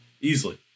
easily